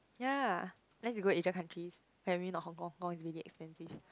ya unless you go Asia country okay maybe not Hong-Kong Hong-Kong is really expensive